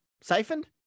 siphoned